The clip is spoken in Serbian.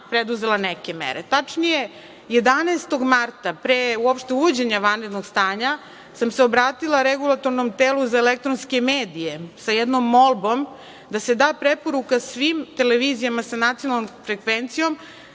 preduzela neke mere. Tačnije, 11. marta, pre uopšte uvođenja vanrednog stanja, sam se obratila Regulatornom telu za elektronske medije sa jednom molbom da se da preporuka svim televizijama sa nacionalnom frekvencijom